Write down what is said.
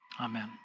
Amen